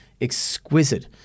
exquisite